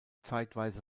zeitweise